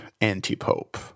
antipope